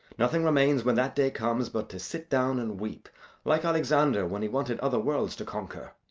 nothing remains when that day comes but to sit down and weep like alexander when he wanted other worlds to conquer.